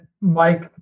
Mike